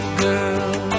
girl